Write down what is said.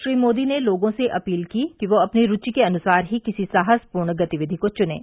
श्री मोदी ने लोगों से अपील की कि वे अपनी रूचि के अनुसार ही किसी साहसपूर्ण गतिविधि को चुनें